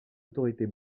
autorités